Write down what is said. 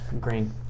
Green